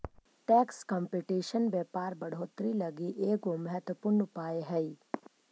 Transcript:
tax competition व्यापार बढ़ोतरी लगी एगो महत्वपूर्ण उपाय हई